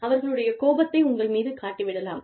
அவர்களுடைய கோபத்தை உங்கள் மீது காட்டி விடலாம்